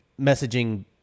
messaging